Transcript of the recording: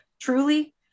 truly